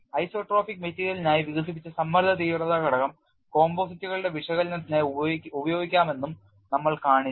isotropic മെറ്റീരിയലിനായി വികസിപ്പിച്ച സമ്മർദ്ദ തീവ്രത ഘടകം കമ്പോസിറ്റുകളുടെ വിശകലനത്തിനായി ഉപയോഗിക്കാമെന്നും നമ്മൾ കാണിച്ചു